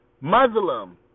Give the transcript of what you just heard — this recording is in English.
Muslim